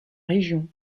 région